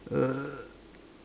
uh